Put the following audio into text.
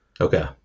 Okay